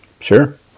Sure